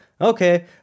Okay